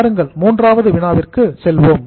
வாருங்கள் மூன்றாவது வினாவிற்கு செல்வோம்